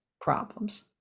problems